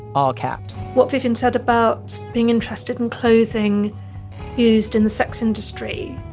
all caps what vivienne said about being interested in clothing used in the sex industry.